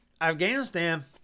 Afghanistan